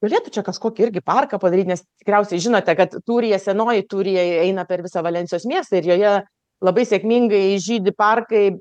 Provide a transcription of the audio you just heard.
galėtų čia kažkokį irgi parką padaryt nes tikriausiai žinote kad turija senoji turija eina per visą valensijos miestą ir joje labai sėkmingai žydi parkai